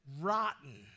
rotten